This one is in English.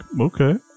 okay